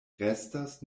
restas